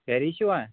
گری چھِوٕ